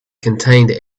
contained